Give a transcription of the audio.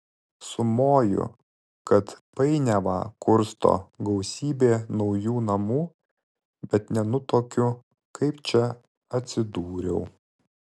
sumoju kad painiavą kursto gausybė naujų namų bet nenutuokiu kaip čia atsidūriau